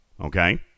Okay